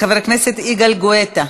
חבר הכנסת יגאל גואטה.